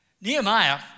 Nehemiah